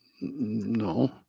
No